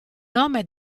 nome